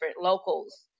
locals